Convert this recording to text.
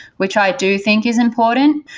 which i do think is important,